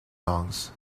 songs